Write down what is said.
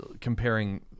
comparing